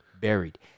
buried